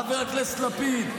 חבר הכנסת לפיד,